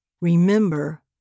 Remember